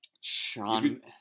Sean